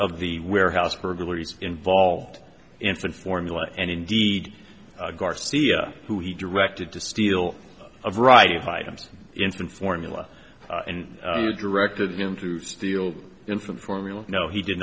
of the warehouse burglaries involved infant formula and indeed garcia who he directed to steal a variety of items infant formula and directed him to steal infant formula no he did